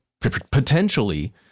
potentially